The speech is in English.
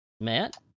Matt